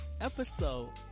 episode